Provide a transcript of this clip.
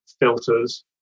filters